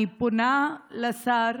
אני פונה לשר